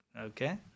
okay